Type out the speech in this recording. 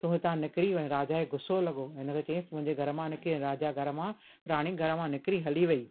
तूं हितां निकिरी वञु राजा खे गुसो लॻो इनखे चयाइंसि मुंहिंजे घर मां निकिरु राजा घर मां राणी घर मां निकिरी हली वई